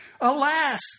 Alas